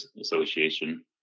Association